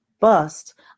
bust